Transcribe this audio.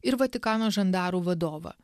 ir vatikano žandarų vadovą